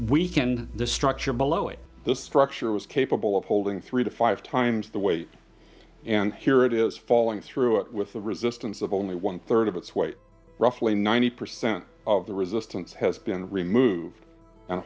weekend the structure below it this structure is capable of holding three to five times the weight and here it is falling through it with the resistance of only one third of its weight roughly ninety percent of the resistance has been removed and